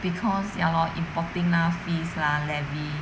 because ya lor importing lah fees lah levy